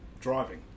driving